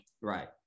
right